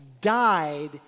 died